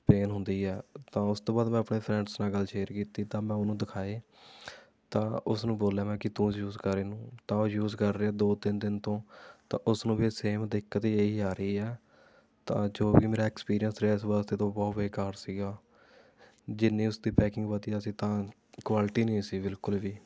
pain ਹੁੰਦੀ ਹੈ ਤਾਂ ਉਸ ਤੋਂ ਬਾਅਦ ਮੈਂ ਆਪਣੇ ਫਰੈਂਡਸ ਨਾਲ ਗੱਲ ਸ਼ੇਅਰ ਕੀਤੀ ਤਾਂ ਮੈਂ ਉਹਨੂੰ ਦਿਖਾਏ ਤਾਂ ਉਸਨੂੰ ਬੋਲਿਆ ਮੈਂ ਕਿ ਤੂੰ ਯੂਜ਼ ਕਰ ਇਹਨੂੰ ਤਾਂ ਉਹ ਯੂਜ਼ ਕਰ ਰਿਹਾ ਦੋ ਤਿੰਨ ਦਿਨ ਤੋਂ ਤਾਂ ਉਸਨੂੰ ਵੀ ਇਹ ਸੇਮ ਦਿੱਕਤ ਇਹ ਆ ਰਹੀ ਹੈ ਤਾਂ ਜੋ ਵੀ ਮੇਰਾ ਐਕਸਪੀਰੀਐਂਸ ਰਿਹਾ ਇਸ ਵਾਸਤੇ ਤਾਂ ਉਹ ਬਹੁਤ ਬੇਕਾਰ ਸੀ ਜਿੰਨੀ ਉਸਦੀ ਪੈਕਿੰਗ ਵੱਧੀਆ ਸੀ ਤਾਂ ਕੁਆਲਿਟੀ ਨਹੀਂ ਸੀ ਬਿਲਕੁਲ ਵੀ